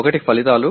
ఒకటి ఫలితాలు